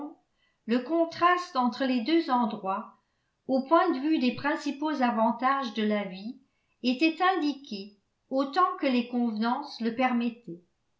le contraste entre les deux endroits au point de vue des principaux avantages de la vie étaient indiqués autant que les convenances le permettaient